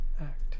act